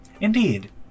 Indeed